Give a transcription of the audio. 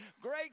Great